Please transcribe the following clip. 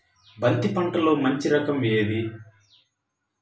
బంతి పంటలో మంచి రకం ఏది?